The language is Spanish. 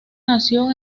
nació